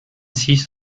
six